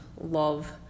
love